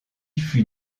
fut